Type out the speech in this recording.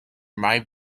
might